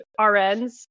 RNs